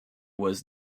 was